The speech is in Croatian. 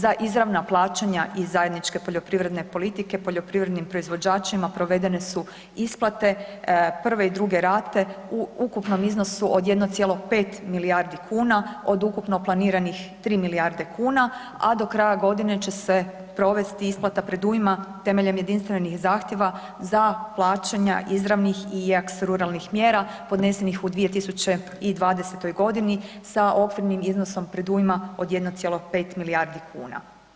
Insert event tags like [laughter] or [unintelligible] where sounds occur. Za izravna plaćanja iz zajedničke poljoprivredne politike poljoprivrednim proizvođačima provedene su isplate, prve i druge rate u ukupnom iznosu od 1,5 milijardi kuna od ukupno planiranih 3 milijardi kuna a do kraja godine će se provesti isplata predujma temeljem jedinstvenih zahtjeva za plaćanja izravnih i ... [unintelligible] ruralnih mjera podnesenih u 2020. g. sa okvirnim iznosom predujma od 1,5 milijardi kuna.